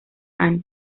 años